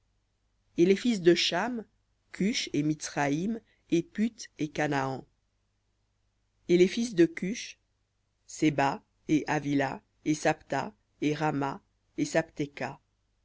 et les fils de cham cush et mitsraïm et puth et canaan et les fils de cush seba et havila et sabta et rahma et